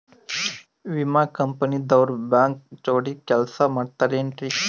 ವಿಮಾ ಕಂಪನಿ ದವ್ರು ಬ್ಯಾಂಕ ಜೋಡಿ ಕೆಲ್ಸ ಮಾಡತಾರೆನ್ರಿ?